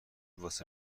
واسه